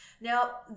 Now